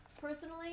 personally